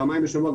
פעמיים בשבוע,